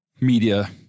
media